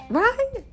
right